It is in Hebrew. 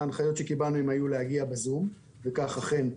ההנחיות שקיבלנו היו להגיע לדיון בזום וכך אכן נעשה.